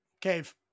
Cave